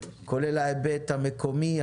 כולל ההיבט המקומי,